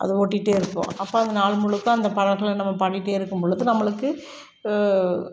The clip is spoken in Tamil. அதை ஓட்டிகிட்டே இருப்போம் அப்போ அந்த நாள் முழுக்க அந்த பாடல்களை நம்ம பாடிக்கிட்டே இருக்கும் பொழுது நம்மளுக்கு